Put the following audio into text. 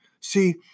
See